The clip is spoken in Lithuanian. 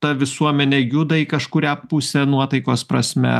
ta visuomenė juda į kažkurią pusę nuotaikos prasme